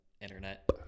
internet